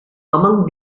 among